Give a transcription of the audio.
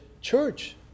church